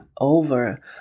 over